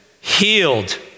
healed